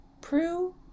Prue